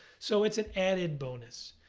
so it's an added bonus.